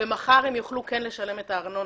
ומחר הם כן יוכלו לשלם את הארנונה.